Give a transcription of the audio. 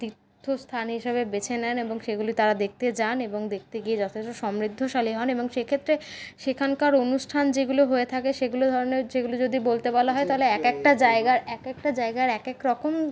তীর্থস্থান হিসাবে বেছে নেন এবং সেইগুলি তারা দেখতে যান এবং দেখতে গিয়ে যথেষ্ট সমৃদ্ধশালী হন এবং সেইক্ষেত্রে সেখানকার অনুষ্ঠান যেগুলো হয়ে থাকে সেগুলো যেগুলো যদি বলতে বলা হয় তাহলে এক একটা জায়গার এক একটা জায়গার এক এক রকম